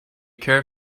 care